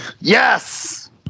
Yes